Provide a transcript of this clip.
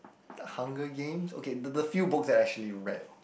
the Hunger Games okay the the few books that I actually read